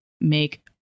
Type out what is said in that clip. make